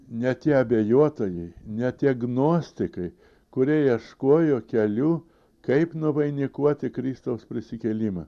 ne tie abejuotojai ne tie gnostikai kurie ieškojo kelių kaip nuvainikuoti kristaus prisikėlimą